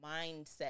mindset